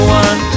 one